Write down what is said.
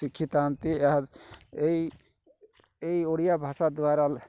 ଶିଖିଥାନ୍ତି ଏହା ଏଇ ଏଇ ଓଡ଼ିଆଭାଷା ଦ୍ୱାରା